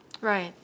Right